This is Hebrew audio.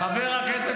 חבר הכנסת